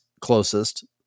closest